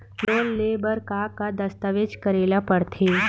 Loan ले बर का का दस्तावेज करेला पड़थे?